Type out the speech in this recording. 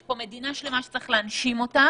יש פה מדינה שלמה שצריך להנשים אותה